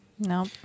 No